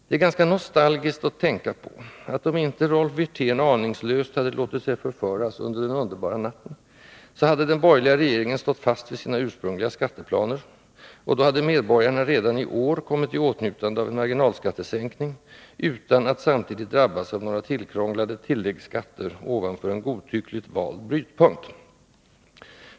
Det är ganska nostalgiskt att tänka på att om inte Rolf Wirtén aningslöst låtit sig förföras under den underbara natten, så hade den borgerliga regeringen stått fast vid sina ursprungliga skatteplaner och då hade medborgarna redan i år kommit i åtnjutande av en marginalskattesänkning utan att samtidigt drabbas av några tillkrånglade tilläggsskatter ovanför en godtyckligt vald ”brytpunkt”.